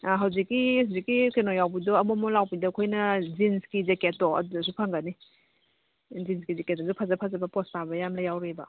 ꯑꯥ ꯍꯧꯖꯤꯛꯀꯤ ꯍꯧꯖꯤꯛꯀꯤ ꯀꯩꯅꯣ ꯌꯥꯎꯕꯗꯣ ꯃꯣꯟ ꯃꯣꯟ ꯂꯥꯎꯕꯤꯗ ꯑꯩꯈꯣꯏꯅ ꯖꯤꯟꯁꯀꯤ ꯖꯦꯀꯦꯠꯇꯣ ꯑꯗꯨꯗꯁꯨ ꯐꯪꯒꯅꯤ ꯖꯤꯟꯁꯀꯤ ꯖꯦꯀꯦꯠꯇꯁꯨ ꯐꯖ ꯐꯖꯕ ꯄꯣꯁ ꯇꯥꯕ ꯌꯥꯝ ꯌꯥꯎꯔꯤꯕ